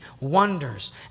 wonders